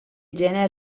gener